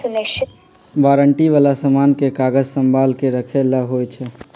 warranty वाला समान के कागज संभाल के रखे ला होई छई